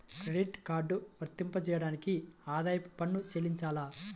Credit card వర్తింపజేయడానికి ఆదాయపు పన్ను చెల్లించాలా?